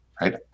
right